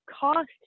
cost